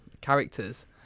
characters